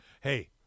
Hey